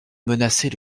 menaçaient